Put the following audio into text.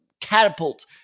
catapult